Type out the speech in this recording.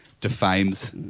defames